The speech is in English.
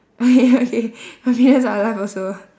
okay okay okay my pigeons are alive also